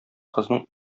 кызның